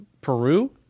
Peru